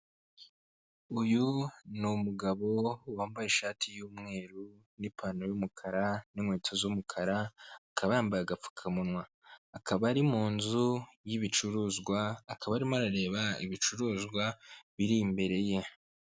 Uyu ni numu umugabo wambaye ishati y'umweru n'ipantaro y'umukara n'inkweto z'umukara, akaba yambaye agapfukamunwa, akaba ari mu nzu y'ibicuruzwa, akaba arimo arareba ibicuruzwa biri imbere ye.